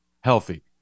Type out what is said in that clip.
healthy